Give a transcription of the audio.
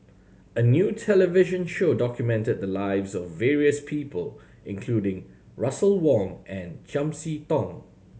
a new television show documented the lives of various people including Russel Wong and Chiam See Tong